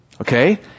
okay